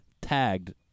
tagged